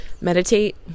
meditate